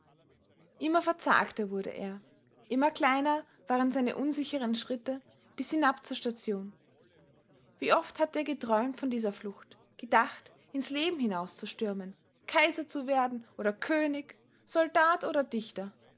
immer verzagter wurde er immer kleiner waren seine unsicheren schritte bis hinab zur station wie oft hatte er geträumt von dieser flucht gedacht ins leben hinauszustürmen kaiser zu werden oder könig soldat oder dichter